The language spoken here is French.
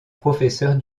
professeur